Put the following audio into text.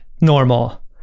normal